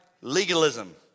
legalism